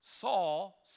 Saul